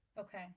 Okay